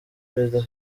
perezida